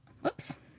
whoops